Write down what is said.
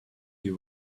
you